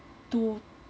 two